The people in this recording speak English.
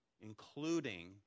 including